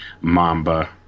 Mamba